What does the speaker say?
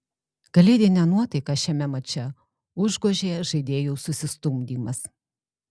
kalėdinę nuotaiką šiame mače užgožė žaidėjų susistumdymas